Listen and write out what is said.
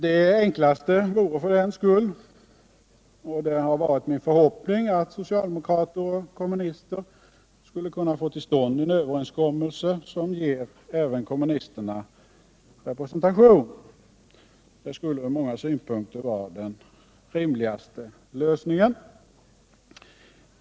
Det enklaste vore för den skull att — det har varit min förhoppning — socialdemokrater och kommunister kunde träffa en överenskommelse som ger även kommunisterna utskottsrepresentation. Det skulle ur många synpunkter vara den rimligaste lösningen.